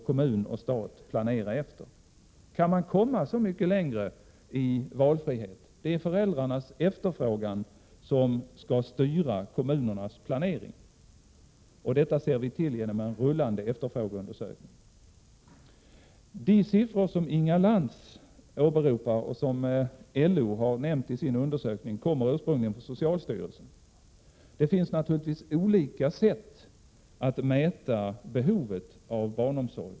Kan man komma så mycket längre i valfrihet? Det är föräldrarnas efterfrågan som styr kommunernas planering på grundval av en rullande efterfrågeundersökning. De siffror som Inga Lantz åberopar och som LO har nämnt i sin undersökning kommer ursprungligen från socialstyrelsen. Det finns naturligtvis olika sätt att mäta behovet av barnomsorg.